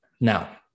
now